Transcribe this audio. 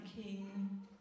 king